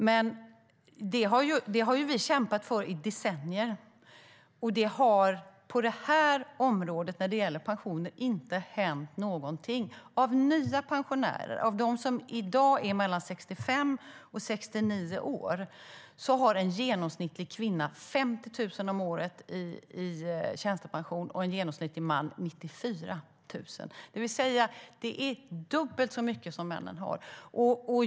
Men det har ju vi kämpat för i decennier. Det har på det här området, när det gäller pensioner, inte hänt någonting. Av nya pensionärer - de som i dag är mellan 65 och 69 år - har en genomsnittlig kvinna 50 000 om året i tjänstepension, och en genomsnittlig man 94 000. Det vill säga att männen har dubbelt så mycket.